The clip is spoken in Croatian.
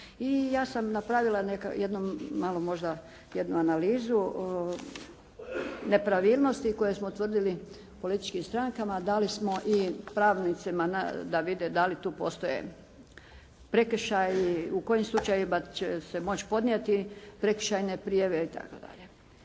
I ja sam napravila jednom malu možda jednu analizu nepravilnosti koje smo utvrdili u političkim strankama. Dali smo i pravnicima da vide da li tu postoje prekršaji, u kojim slučajevima će se moći podnijeti prekršajne prijave i tako dalje.